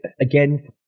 again